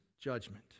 judgment